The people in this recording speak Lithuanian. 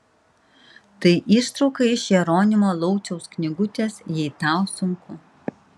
tai ištrauka iš jeronimo lauciaus knygutės jei tau sunku